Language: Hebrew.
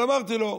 אבל אמרתי לו: